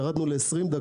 ירדנו ל-20,